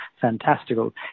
fantastical